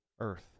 earth